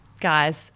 Guys